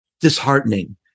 disheartening